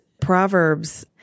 Proverbs